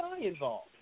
involved